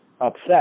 upset